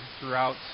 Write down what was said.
throughout